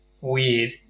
weird